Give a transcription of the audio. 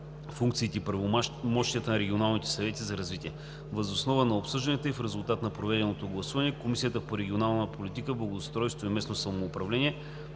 функциите и правомощията на регионалните съвети за развитие. Въз основа на обсъжданията и в резултат на проведеното гласуване Комисията по регионална политика, благоустройство и местно самоуправление